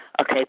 Okay